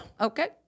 Okay